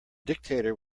dictator